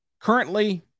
Currently